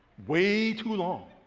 way too long.